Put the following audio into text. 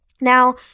Now